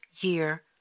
year